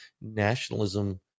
nationalism